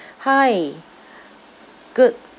hi good